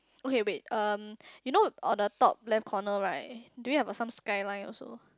okay wait um you know on the top left corner right do we have a some skyline also